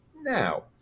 Now